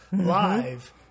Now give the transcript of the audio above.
live